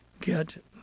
get